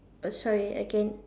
oh sorry again